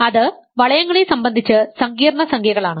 അത് വളയങ്ങളെ സംബന്ധിച്ച് സങ്കീർണ്ണ സംഖ്യകളാണ്